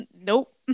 Nope